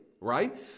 right